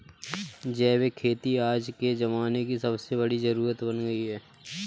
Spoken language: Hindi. जैविक खेती आज के ज़माने की सबसे बड़ी जरुरत बन गयी है